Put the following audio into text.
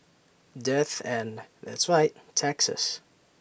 death and that's right taxes